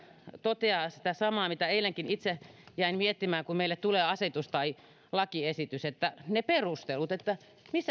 toteaa sitä samaa mitä eilen itsekin jäin miettimään että meille tulee asetus tai lakiesitys mutta ne perustelut